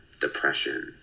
depression